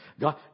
God